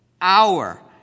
hour